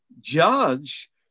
judge